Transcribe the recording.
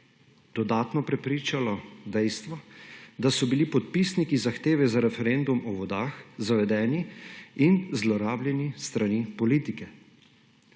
dodatno prepričalo dejstvo, da so bili podpisniki zahteve za referendum o Zakonu o vodah zavedeni in zlorabljeni s strani politike.